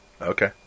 Okay